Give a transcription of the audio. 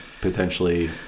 potentially